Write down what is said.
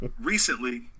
recently